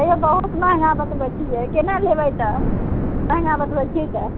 तैयो बहुत महँगा बतबैत छियै केना लेबे तऽ महँगा बतबैत छियै तऽ